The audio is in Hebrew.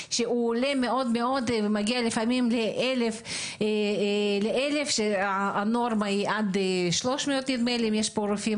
עולה מאוד ומגיע לפעמים לאלף כאשר הנורמה היא עד 300. אם יש פה רופאים,